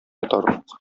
йотарлык